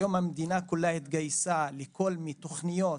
היום המדינה כולה התגייסה לכל מיני תוכניות